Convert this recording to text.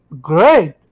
great